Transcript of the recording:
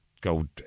go